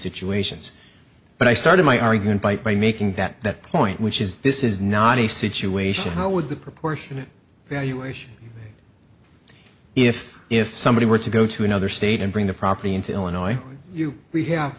situations but i started my argument by making that that point which is this is not a situation how would the proportionate valuation if if somebody were to go to another state and bring the property into illinois you we have